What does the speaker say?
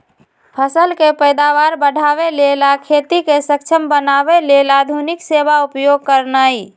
फसल के पैदावार बढ़ाबे लेल आ खेती के सक्षम बनावे लेल आधुनिक सेवा उपयोग करनाइ